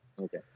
okay